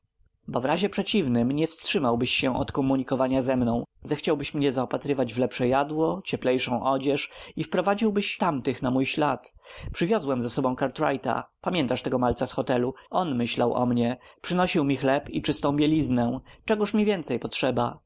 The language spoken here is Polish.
w razie przeciwnym nie wstrzymałbyś się od komunikowania się ze mną zechciałbyś mnie zaopatrywać w lepsze jadło cieplejszą odzież i wprowadziłbyś tamtych na mój ślad przywiozłem ze sobą cartwrighta pamiętasz tego malca z hotelu on myślał o mnie przynosił mi chleb i czystą bieliznę czegóż mi więcej potrzeba